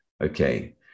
okay